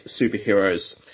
superheroes